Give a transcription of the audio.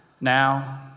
Now